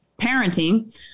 parenting